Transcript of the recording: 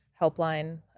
helpline